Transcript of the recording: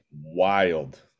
wild